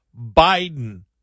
Biden